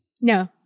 No